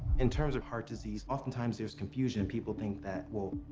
in terms of heart disease, oftentimes there is confusion. people think that well,